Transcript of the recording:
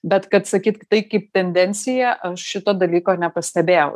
bet kad sakyt tai kaip tendencija aš šito dalyko nepastebėjau